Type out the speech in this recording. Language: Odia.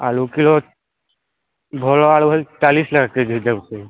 ଆଳୁ କିଲୋ ଭଲ ଆଳୁ ହେଇ ଚାଲିଶ ଲେଖା କେଜି ଯାଉଛି